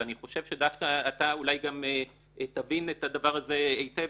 ואני חושב שדווקא אתה אולי גם תבין את הדבר הזה היטב,